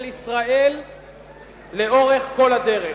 של ישראל לאורך כל הדרך.